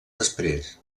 després